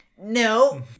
No